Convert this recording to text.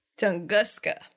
Tunguska